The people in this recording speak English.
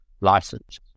license